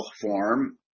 form